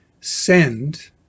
send